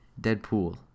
Deadpool